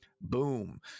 Boom